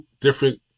different